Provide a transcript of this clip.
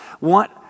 want